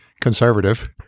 conservative